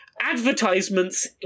advertisements